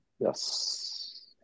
Yes